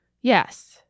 Yes